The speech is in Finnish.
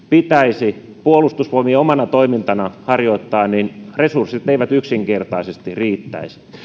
pitäisi puolustusvoimien omana toimintana harjoittaa resurssit eivät yksinkertaisesti riittäisi